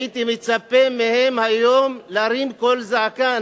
הייתי מצפה מהם היום להרים קול זעקה.